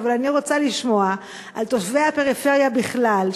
אבל אני רוצה לשמוע על תושבי הפריפריה בכלל,